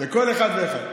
כל אחד ואחד.